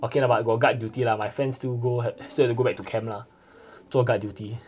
okay lah but got guard duty lah my friends still go have still have to go back to camp lah to guard duty